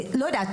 לא יודעת,